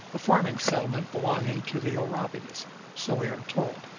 a farming settlement belonging to the oraibis, so we are told.